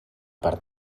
per